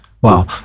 Wow